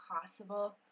possible